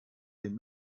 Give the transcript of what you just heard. den